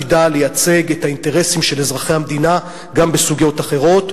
תדע לייצג את האינטרסים של אזרחי המדינה גם בסוגיות אחרות.